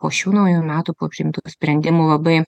po šių naujų metų po priimtų sprendimų labai